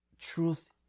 truth